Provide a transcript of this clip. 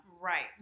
Right